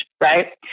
right